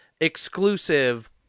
exclusive